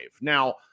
Now